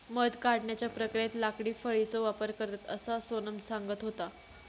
मध काढण्याच्या प्रक्रियेत लाकडी फळीचो वापर करतत, असा सोनम सांगत होता